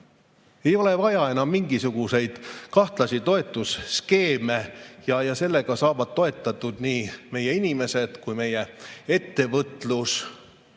Ei ole vaja enam mingisuguseid kahtlasi toetusskeeme ja sellega saavad toetatud nii meie inimesed kui meie ettevõtlus.